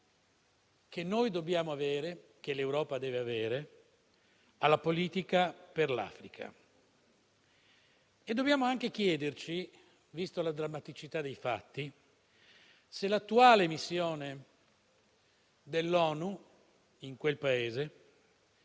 che dobbiamo avere, che l'Europa deve avere, sulla politica per l'Africa. Dobbiamo anche chiederci, vista la drammaticità dei fatti, se l'attuale missione dell'ONU in quel Paese